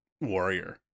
warrior